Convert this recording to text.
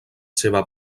seva